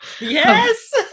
yes